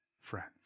friends